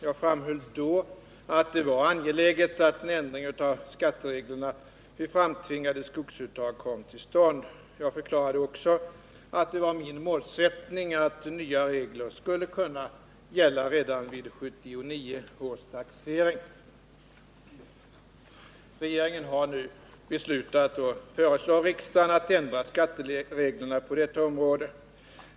Jag framhöll då att det var angeläget att en ändring av skattereglerna vid framtvingade skogsuttag kom till stånd. Jag förklarade också att det var min målsättning att nya regler skulle kunna gälla redan vid 1979 års taxering. Regeringen har nu beslutat att föreslå riksdagen att ändra skattereglerna på detta område.